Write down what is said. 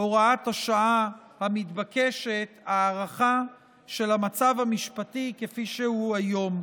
הוראת השעה המתבקשת הארכה של המצב המשפטי כפי שהוא היום.